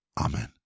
Amen